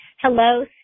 hello